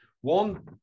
one